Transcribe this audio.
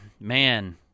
man